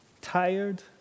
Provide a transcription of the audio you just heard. tired